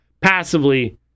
Passively